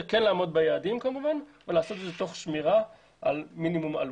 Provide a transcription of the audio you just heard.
ביעדים ולעשות את זה תוך שמירה על עלות מינימלית.